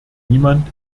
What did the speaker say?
niemand